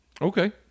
Okay